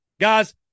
Guys